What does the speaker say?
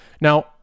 Now